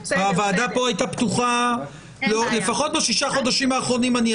הוועדה כאן הייתה פתוחה ואני יכול להעיד לפחות על ששת החודשים האחרונים.